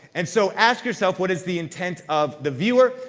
and so ask yourself what is the intent of the viewer.